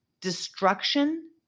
destruction